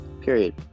period